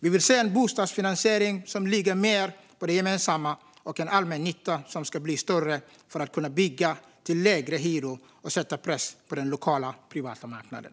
Vi vill se en bostadsfinansiering som ligger mer på det gemensamma och en allmännytta som ska bli större för att kunna bygga till lägre hyror och sätta press på den lokala, privata marknaden.